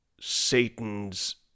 satan's